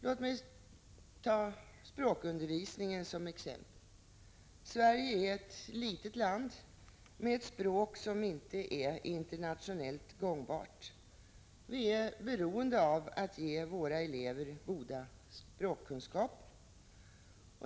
Låt mig ta språkundervisningen som exempel. Sverige är ett litet land med ett språk som inte är internationellt gångbart. Vi är beroende av att ge våra elever goda språkkunskaper.